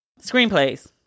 Screenplays